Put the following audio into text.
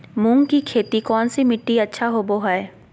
मूंग की खेती कौन सी मिट्टी अच्छा होबो हाय?